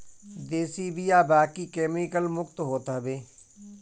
देशी बिया बाकी केमिकल मुक्त होत हवे